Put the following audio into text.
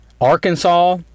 Arkansas